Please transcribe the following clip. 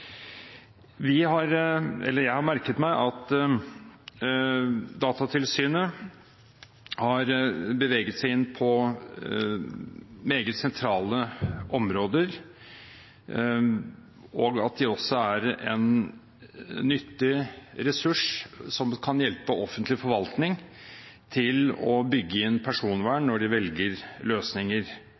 Jeg har merket meg at Datatilsynet har beveget seg inn på meget sentrale områder, og at de også er en nyttig ressurs som kan hjelpe offentlig forvaltning til å bygge inn personvern når de velger løsninger.